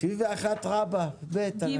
סעיף 85(71)(ג)